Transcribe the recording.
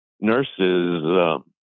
nurses